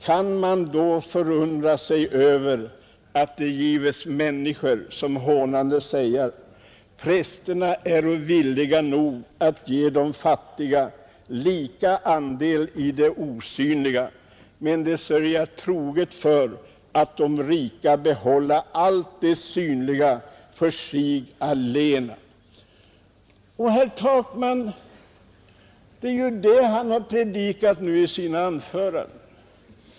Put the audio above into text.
Kan man då förundra sig över, att det gives människor, som hånande säga: ”Prästerna äro villiga nog att ge de fattiga lika andel i det osynliga, men de sörja troget för, att de rika behålla allt det synliga för sig allena”.” Det är ju det som herr Takman har predikat om i sina anföranden.